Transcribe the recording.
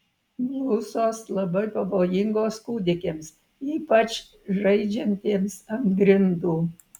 blusos labai pavojingos kūdikiams ypač žaidžiantiems ant grindų